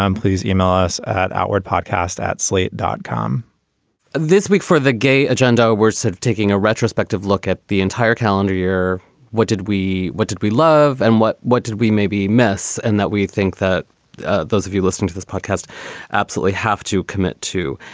um please e-mail us at our podcast at slate dot com this week for the gay agenda we're sort of taking a retrospective look at the entire calendar year what did we what did we love and what what did we maybe miss? and that we think that those of you listening to this podcast absolutely have to commit to.